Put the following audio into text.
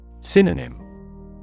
Synonym